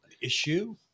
issue